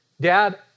dad